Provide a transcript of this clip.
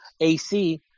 AC